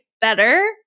better